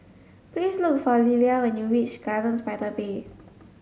please look for Lelia when you reach Gardens by the Bay